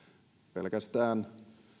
pelkästään